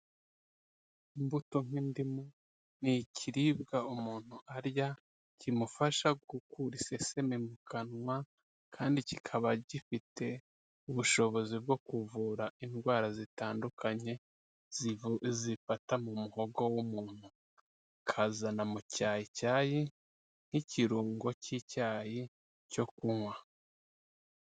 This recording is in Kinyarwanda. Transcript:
Imbuto nk'indimu, ni ikiribwa umuntu arya kimufasha gukura iseseme mu kanwa, kandi kikaba gifite ubushobozi bwo kuvura indwara zitandukanye zifata mu muhogo w'umuntu, hakazana na mu cyayi cyayi nk'ikirungo cy'icyayi cyo kunywa.